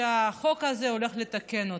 שהחוק הזה הולך לתקן אותו.